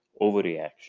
overreaction